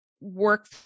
work